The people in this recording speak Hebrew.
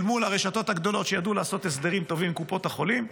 הם מול הרשתות הגדולות שידעו לעשות הסדרים טובים עם קופות החולים.